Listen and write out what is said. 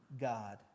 God